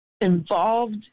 involved